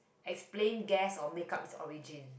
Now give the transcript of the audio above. explain guess or make up its origin